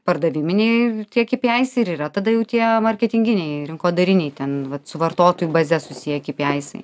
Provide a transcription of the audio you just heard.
pardaviminiai tie kipiaisai ir yra tada jau tie marketinginiai rinkodariniai ten vat su vartotojų baze susiję kipiaisai